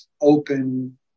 open